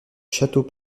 château